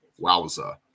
Wowza